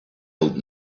old